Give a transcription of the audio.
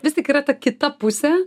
vis tik yra ta kita pusė